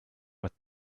what